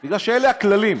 כי אלה הכללים.